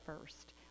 first